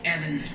Evan